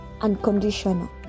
unconditional